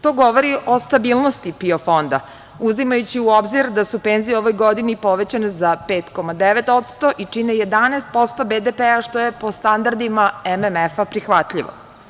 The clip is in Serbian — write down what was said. To govori o stabilnosti PIO fonda, uzimajući u obzir da su penzije u ovoj godini povećane za 5,9% i čine 11% BDP što je po standardima MMF prihvatljivo.